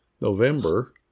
November